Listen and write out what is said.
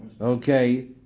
okay